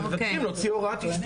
ומבקשים להוציא הוראת אשפוז.